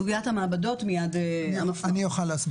סוגיית המעבדות, מייד המפמ"ר יסביר.